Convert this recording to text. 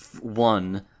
one